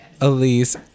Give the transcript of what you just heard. Elise